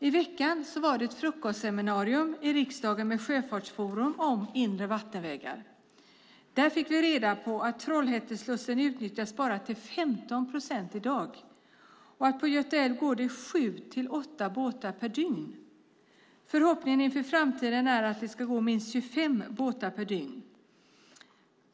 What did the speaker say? I veckan var det ett frukostseminarium i riksdagen med Sjöfartsforum om inre vattenvägar. Där fick vi reda på att Trollhätteslussen utnyttjas bara till 15 procent i dag och att på Göta älv går det sju åtta båtar per dygn. Förhoppningen inför framtiden är det ska gå minst 25 båtar per dygn.